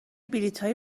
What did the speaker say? بلیطهای